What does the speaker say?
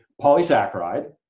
polysaccharide